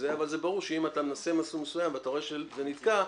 אבל זה ברור שאם אתה מנסה מסלול מסוים ואתה רואה שזה נתקע,